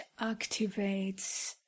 activates